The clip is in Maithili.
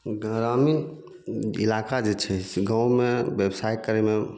गरामीन इलाका जे छै से गाँवमे व्यवसाय करयमे